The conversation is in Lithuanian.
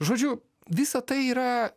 žodžiu visa tai yra